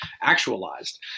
actualized